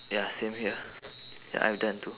ya same here ya I've done two